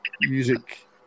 music